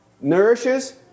nourishes